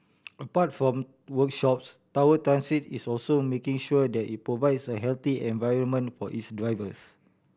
apart from workshops Tower Transit is also making sure that it provides a healthy environment for its drivers